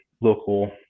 local